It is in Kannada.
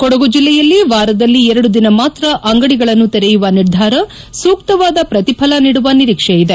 ಕೊಡಗು ಜಿಲ್ಲೆಯಲ್ಲಿ ವಾರದಲ್ಲಿ ಎರಡು ದಿನ ಮಾತ್ರ ಅಂಗಡಿಗಳನ್ನು ತೆರೆಯುವ ನಿರ್ಧಾರ ಸೂಕ್ತವಾದ ಪ್ರತಿಫಲ ನೀಡುವ ನಿರೀಕ್ಷೆ ಇದೆ